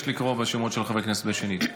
אינה נוכחת אני מבקש לקרוא בשמות חברי הכנסת בשנית.